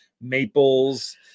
maples